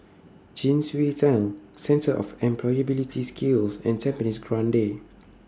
Chin Swee Tunnel Centre of Employability Skills and Tampines Grande